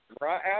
right